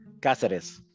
Cáceres